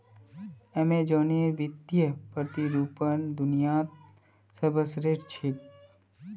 अमेज़नेर वित्तीय प्रतिरूपण दुनियात सर्वश्रेष्ठ छेक